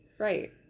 Right